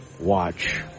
watch